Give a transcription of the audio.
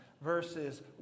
verses